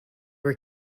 were